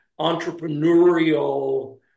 entrepreneurial